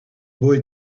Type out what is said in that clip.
boy